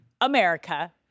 America